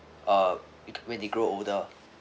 uh when they grow older